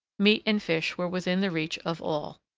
meat and fish were within the reach of all.